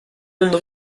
monde